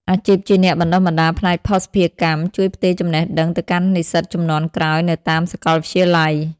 អាជីពជាអ្នកបណ្តុះបណ្តាលផ្នែកភស្តុភារកម្ម ជួយផ្ទេរចំណេះដឹងទៅកាន់និស្សិតជំនាន់ក្រោយនៅតាមសាកលវិទ្យាល័យ។